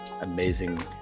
amazing